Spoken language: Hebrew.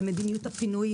למדיניות הפינויים,